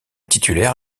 titulaire